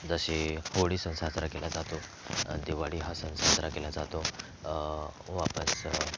जशी होळी सण साजरा केला जातो दिवाळी हा सण साजरा केला जातो वापस